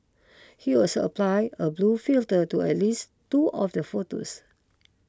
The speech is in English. he also apply a blue filter to at least two of the photos